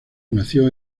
nació